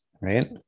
right